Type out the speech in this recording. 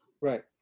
right